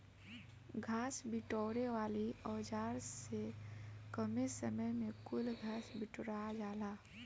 घास बिटोरे वाली औज़ार से कमे समय में कुल घास बिटूरा जाला